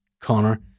Connor